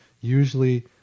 usually